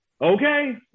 okay